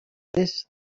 this